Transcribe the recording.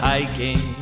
Hiking